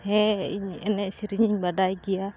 ᱦᱮᱸ ᱤᱧ ᱮᱱᱮᱡ ᱥᱮᱨᱮᱧ ᱤᱧ ᱵᱟᱰᱟᱭ ᱜᱮᱭᱟ